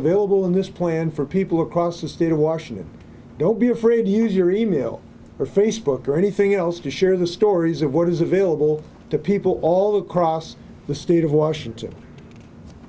available in this plan for people across the state of washington don't be afraid use your e mail or facebook or anything else to share the stories of what is available to people all across the state of washington